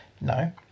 No